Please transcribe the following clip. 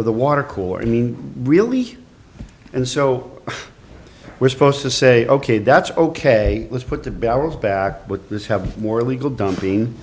over the water cooler i mean really and so we're supposed to say ok that's ok let's put the barrels back with this have more illegal dumping